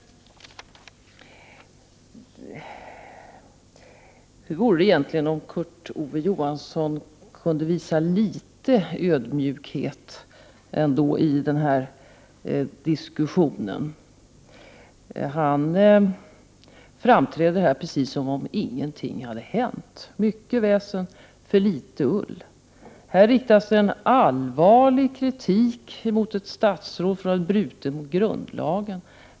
Hur vore det om Kurt Ove Johansson i denna diskussion ändå kunde visa litet ödmjukhet? Han framträder här precis som om inget hade hänt. Mycket väsen för litet ull. Här riktas allvarlig kritik mot ett statsråd för att ha brutit mot grundlagen.